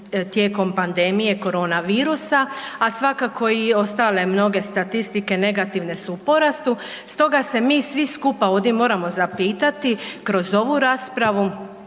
tijekom pandemije korona virusa, a svakako i ostale mnoge statistike negativne su u porastu. Stoga se mi svi skupa ovdje moramo zapitati kroz ovu raspravu